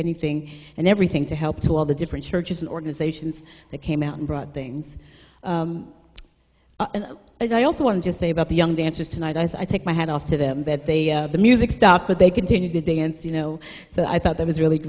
anything and everything to help to all the different churches and organizations that came out and brought things and i also want to just say about the young dancers tonight i take my hat off to them that they have the music stopped but they continue to dance you know so i thought that was really